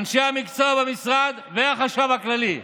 אנשי המקצוע במשרד והחשב הכללי.